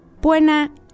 Buena